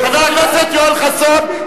חבר הכנסת יואל חסון,